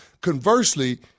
Conversely